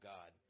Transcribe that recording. God